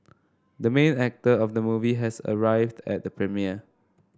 the main actor of the movie has arrived at the premiere